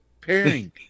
pairing